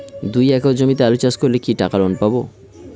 দুই একর জমিতে আলু চাষ করলে কি টাকা লোন পাবো?